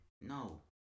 no